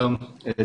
שלום אילן.